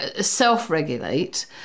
self-regulate